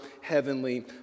heavenly